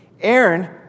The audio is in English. Aaron